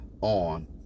on